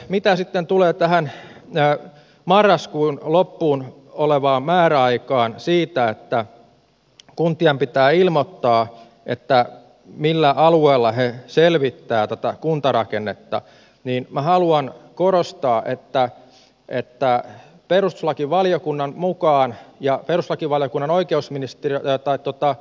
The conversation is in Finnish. mitä tulee tähän marraskuun loppuun olevaan määräaikaan siitä että kuntien pitää ilmoittaa millä alueella he selvittävät tätä kuntarakennetta niin minä haluan korostaa että perustuslakivaliokunnan mukaan ja perslakivaliokunnan oikeusministeriö täyttä totta